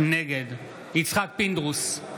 נגד יצחק פינדרוס,